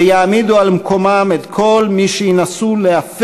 ויעמידו על מקומם את כל מי שינסו להפר